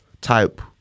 type